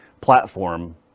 platform